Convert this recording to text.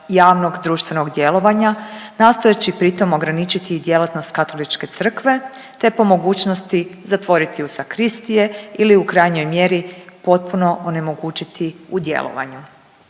javnog, društvenog djelovanja nastojeći pri tom ograničiti i djelatnost Katoličke crkve te po mogućnosti zatvoriti u sakristije ili u krajnjoj mjeri potpuno onemogućiti u djelovanju.